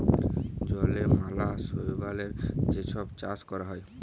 জলে ম্যালা শৈবালের যে ছব চাষ ক্যরা হ্যয়